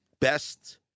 best